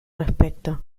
respecto